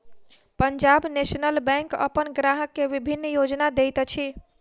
Punjab national bank अपन ग्राहक के विभिन्न योजना दैत अछि